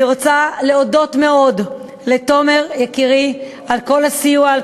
אני רוצה להודות מאוד לתומר יקירי על כל הסיוע,